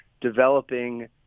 developing